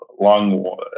long